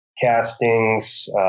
castings